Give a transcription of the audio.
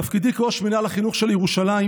בתפקידי כראש מינהל החינוך של ירושלים